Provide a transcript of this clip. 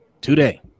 today